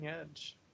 edge